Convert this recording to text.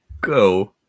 go